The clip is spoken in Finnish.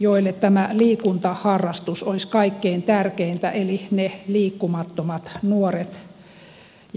joille tämä liikuntaharrastus olisi kaikkein tärkeintä eli ne liikkumattomat nuoret ja aikuiset